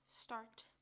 start